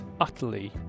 utterly